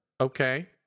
Okay